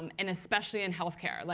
and and especially in health care. like